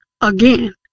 again